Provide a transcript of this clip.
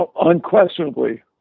Unquestionably